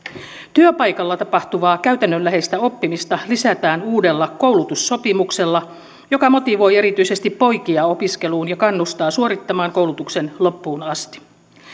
työpaikalla tapahtuvaa käytännönläheistä oppimista lisätään uudella koulutussopimuksella joka motivoi erityisesti poikia opiskeluun ja kannustaa suorittamaan koulutuksen loppuun asti